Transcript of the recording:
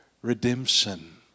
Redemption